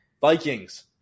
Vikings